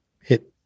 hit